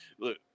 look